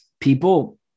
people